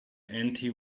anti